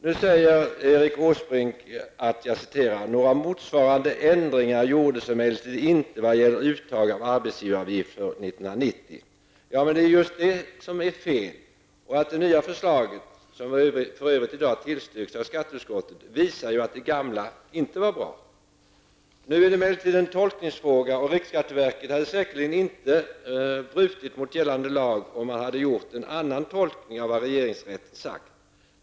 Nu säger Erik Åsbrink: ''Några motsvarande ändringar gjordes emellertid inte vad gäller uttaget av arbetsgivaravgift för år 1990.'' Ja, men det är just det som är felet. Det nya förslaget, som för övrigt i dag tillstyrks av skatteutskottet, visar ju att det gamla inte var bra. Nu är detta emellertid en tolkningsfråga, och riksskatteverket hade säkerligen inte brutit mot gällande lag om man hade gjort en annan tolkning av vad regeringsrätten sagt.